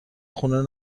خونه